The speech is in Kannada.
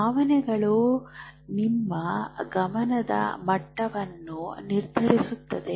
ಭಾವನೆಗಳು ನಿಮ್ಮ ಗಮನದ ಮಟ್ಟವನ್ನು ನಿರ್ಧರಿಸುತ್ತವೆ